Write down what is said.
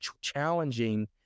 challenging